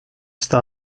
sta